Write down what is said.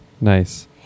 Nice